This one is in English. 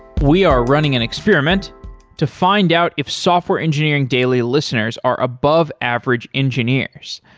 we are running an experiment to find out if software engineering daily listeners are above average engineers.